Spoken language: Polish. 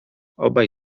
obaj